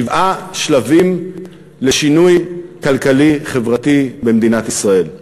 שבעה שלבים לשינוי כלכלי חברתי במדינת ישראל.